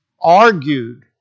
argued